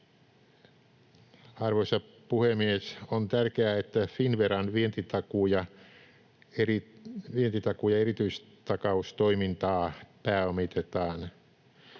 Arvoisa puhemies! On tärkeää, että Finnveran vientitakuu‑ ja erityistakaustoimintaa pääomitetaan.